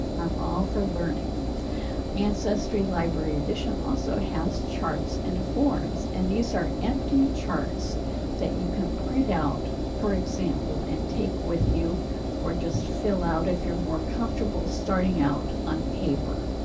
i'm all for learning ancestry library edition also has charts and forms and these are empty charts that you can print out, for example, and take with you or just fill out if you're more comfortable starting out on paper.